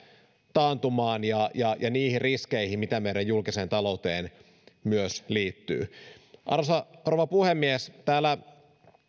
taantumaan ja ja niihin riskeihin mitä meidän julkiseen talouteen myös liittyy arvoisa rouva puhemies täällä